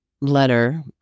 letter